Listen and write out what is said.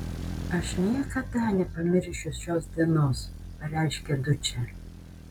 aš niekada nepamiršiu šios dienos pareiškė dučė